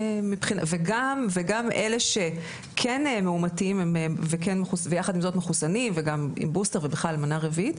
וגם אלה שכן מאומתים ויחד עם זאת מחוסנים ועם בוסטר ובכלל מנה רביעית,